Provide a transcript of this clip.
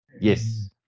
Yes